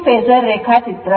ಇದು ಫೇಸರ್ ರೇಖಾಚಿತ್ರ